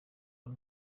ngo